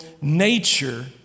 nature